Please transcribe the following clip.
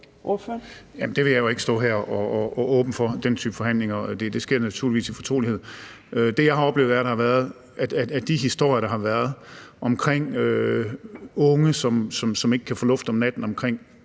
jeg vil jo ikke stå her og åbne for den type forhandlinger. Det sker naturligvis i fortrolighed. Det, jeg har oplevet, er, at de historier, der har været omkring unge, som ikke kan få luft om natten